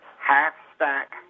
half-stack